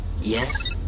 Yes